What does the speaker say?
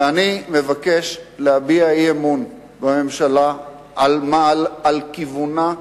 ואני מבקש להביע אי-אמון בממשלה על כיוונה,